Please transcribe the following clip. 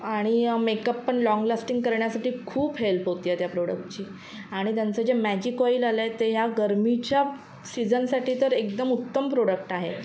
आणि मेकअप पण long lasting करण्यासाठी खूप हेल्प होत आहे त्या प्रोडक्टची आणि त्यांचं जे मॅजिक ऑईल आलं आहे ते ह्या गर्मीच्या सीझनसाठी तर एकदम उत्तम प्रोडक्ट आहे